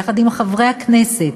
יחד עם חברי הכנסת,